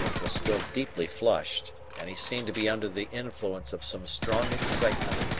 was still deeply flushed, and he seemed to be under the influence of some strong excitement.